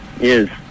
yes